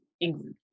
England